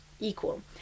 equal